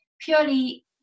purely